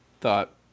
thought